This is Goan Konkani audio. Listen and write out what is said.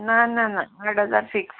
ना ना ना आट हजार फिक्स